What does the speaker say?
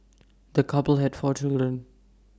the couple had four children